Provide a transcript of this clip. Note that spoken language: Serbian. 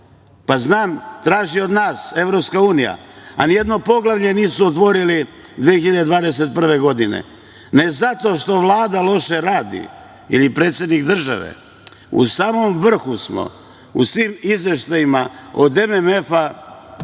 Pa, znam traži od nas EU, a ni jedno poglavlje nisu otvorili 2021. godine. Ne zato što Vlada loše radi ili predsednik države, u samom vrhu smo u svim izveštajima od MMF-a,